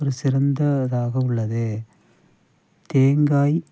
ஒரு சிறந்த இதாக உள்ளது தேங்காய்